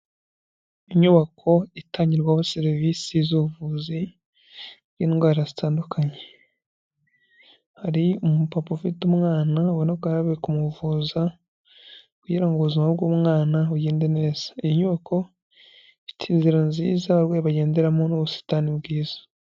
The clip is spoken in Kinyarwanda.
Inyubako itangirwaho serivisi z'ubuvuzi bw'indwara, hari umupapa ufite umwana ubona ko yaravuye kumuvuza, kugira ngo ubuzima bw'umwana bugende neza, inyubako ifite inzira nziza abaryayi bagenderamo n'ubusitani bwiza.